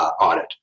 audit